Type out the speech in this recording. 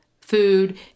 food